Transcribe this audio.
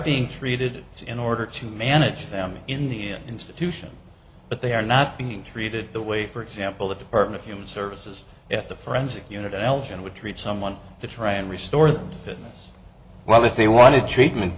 being treated in order to manage them in the institution but they are not being treated the way for example the department of human services at the forensic unit at elgin would treat someone to try and restore them to fit well if they wanted treatment